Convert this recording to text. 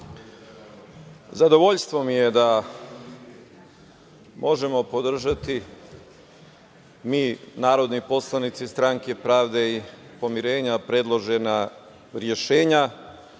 zadovoljstvo mi je da možemo podržati, mi, narodni poslanici iz Stranke pravde i pomirenja, predložena rešenja,